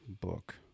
book